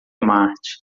marte